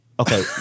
Okay